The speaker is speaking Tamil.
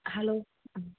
ஹலோ ம்